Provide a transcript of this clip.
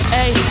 Hey